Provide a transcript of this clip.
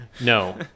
no